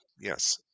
Yes